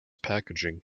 packaging